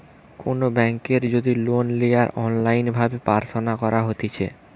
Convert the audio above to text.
কোনো বেংকের যদি লোন লেওয়া অনলাইন ভাবে প্রার্থনা করা হতিছে